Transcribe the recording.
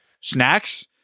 snacks